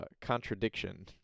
contradiction